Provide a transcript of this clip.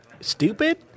stupid